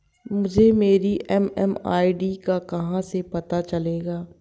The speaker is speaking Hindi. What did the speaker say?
मुझे मेरी एम.एम.आई.डी का कहाँ से पता चलेगा?